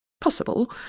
Possible